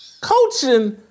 Coaching